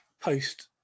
post